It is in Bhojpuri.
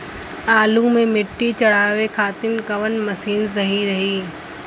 आलू मे मिट्टी चढ़ावे खातिन कवन मशीन सही रही?